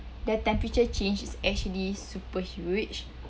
the temperature change is actually super huge